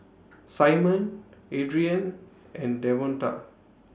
Simon Adriane and Davonta